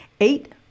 eight